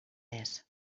res